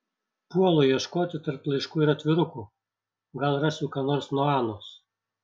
puolu ieškoti tarp laiškų ir atvirukų gal rasiu ką nors nuo anos